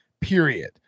period